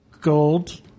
gold